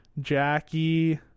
Jackie